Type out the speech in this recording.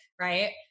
right